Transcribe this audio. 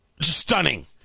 Stunning